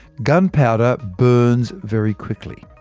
gunpowder burns very quickly.